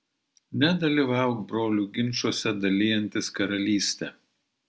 nedalyvauk brolių ginčuose dalijantis karalystę